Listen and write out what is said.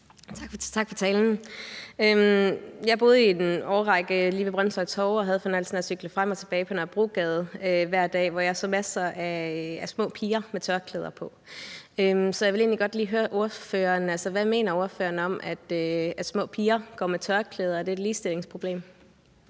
Tak for talen. Jeg boede i en årrække lige ved Brønshøj Torv og havde fornøjelsen af at cykle frem og tilbage på Nørrebrogade hver dag, hvor jeg så masser af små piger med tørklæder på. Så jeg ville egentlig godt lige høre ordføreren: Hvad mener ordføreren om, at små piger går med tørklæde, og er det et ligestillingsproblem?